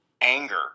anger